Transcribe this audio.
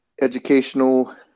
educational